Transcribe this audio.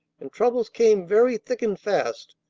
and troubles came very thick and fast,